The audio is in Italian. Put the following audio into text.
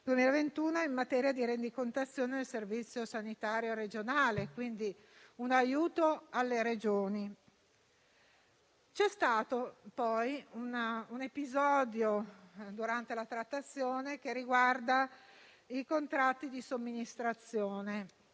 2021 in materia di rendicontazione del Servizio sanitario regionale (un aiuto alle Regioni). C'è stato poi, durante la trattazione, un episodio che riguarda i contratti di somministrazione.